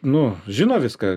nu žino viską